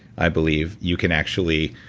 i believe you can actually.